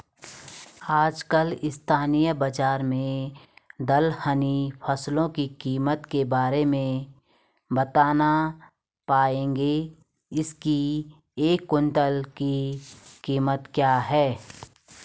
आजकल स्थानीय बाज़ार में दलहनी फसलों की कीमत के बारे में बताना पाएंगे इसकी एक कुन्तल की कीमत क्या है?